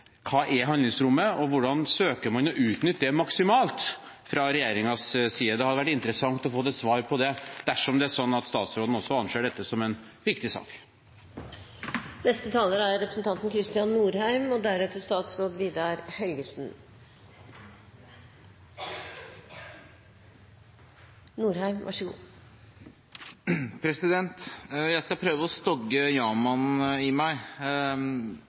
Hva er handlingsrommet, og hvordan søker man fra regjeringens side å utnytte det maksimalt? Det hadde vært interessant å få et svar på det, dersom også statsråden anser dette som en viktig sak. Jeg skal prøve å stogge ja-mannen i meg, da jeg fortsatt mener at dette ikke bør være en debatt om norsk medlemskap i